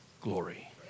glory